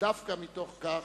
ודווקא מתוך כך,